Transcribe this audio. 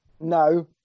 no